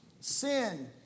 sin